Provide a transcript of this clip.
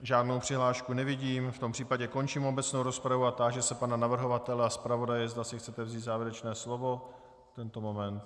Žádnou přihlášku nevidím, v tom případě končím obecnou rozpravu a táži se pana navrhovatele a zpravodaje, zda si chcete vzít závěrečné slovo v tento moment.